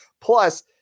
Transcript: Plus